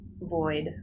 void